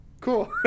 cool